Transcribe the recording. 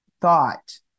thought